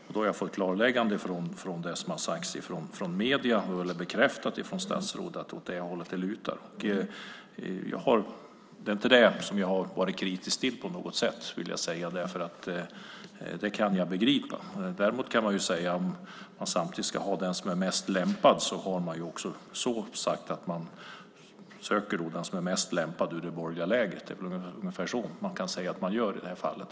Nu har jag fått ett klarläggande av det som har sagts i medierna, det vill säga fått bekräftat från statsrådet att det är åt det hållet det lutar. Det är inte det jag har varit kritisk mot på något sätt. Det kan jag begripa. Men däremot kan jag säga att om det samtidigt ska vara den som är mest lämpad har man sagt att man söker den som är mest lämpad ur det borgerliga lägret. Det är ungefär så i det här fallet.